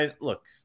look